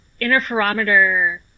interferometer